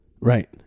right